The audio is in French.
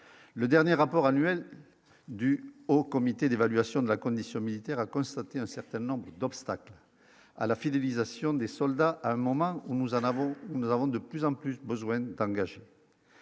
le dernier rapport annuel du Haut comité d'évaluation de la condition militaire, a constaté un certain nombre d'obstacles à la fidélisation des soldats, à un moment où nous avons, nous avons de plus en plus besoin d'être